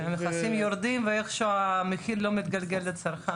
שהמכסים יורדים ואיכשהו המחיר לא מתגלגל לצרכן.